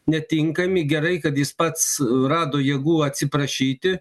netinkami gerai kad jis pats rado jėgų atsiprašyti